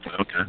Okay